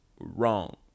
wrong